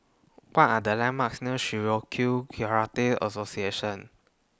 What Are The landmarks near Shitoryu Karate Association